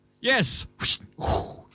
Yes